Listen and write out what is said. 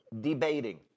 debating